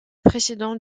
président